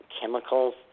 chemicals